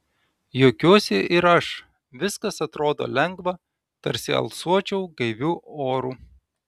juokiuosi ir aš viskas atrodo lengva tarsi alsuočiau gaiviu oru